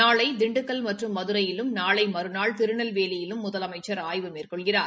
நாளை திண்டுக்கல் மற்றும் மதுரையிலும் நாளை மறுநாள் திருநெல்வேலியிலும் முதலமைச்ச் ஆய்வு மேற்கொள்கிறார்